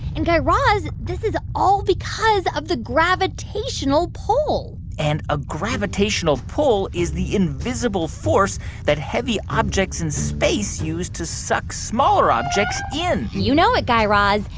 and, guy raz, this is all because of the gravitational pull and a gravitational pull is the invisible force that heavy objects in space use to suck smaller objects in you know it, guy raz.